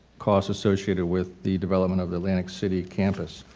costs associated with the development of atlantic city campus.